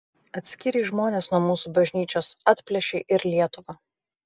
atskyrei žmones nuo mūsų bažnyčios atplėšei ir lietuvą